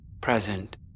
present